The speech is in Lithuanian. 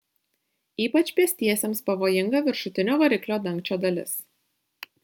ypač pėstiesiems pavojinga viršutinio variklio dangčio dalis